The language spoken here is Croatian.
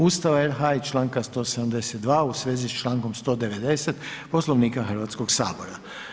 Ustava RH i članka 172., u svezi s člankom 190., Poslovnika Hrvatskog sabora.